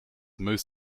most